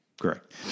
Correct